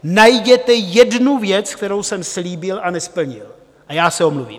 Najděte jednu věc, kterou jsem slíbil a nesplnil, a já se omluvím.